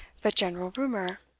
but general rumour.